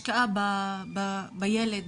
השקעה בילד,